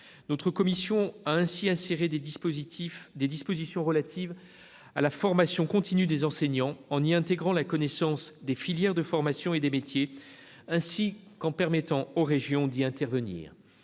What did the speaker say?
Notre commission a ainsi inséré des dispositions relatives à la formation continue des enseignants, en y intégrant la connaissance des filières de formation et des métiers, et en permettant aux régions d'y intervenir.